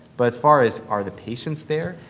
but as far as, are the patients there?